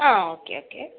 ആ okay okay